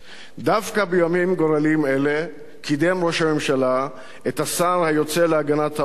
דווקא בימים גורליים אלה קידם ראש הממשלה את השר היוצא להגנת העורף,